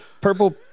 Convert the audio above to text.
purple